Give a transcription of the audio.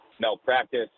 malpractice